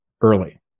early